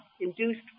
induced